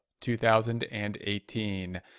2018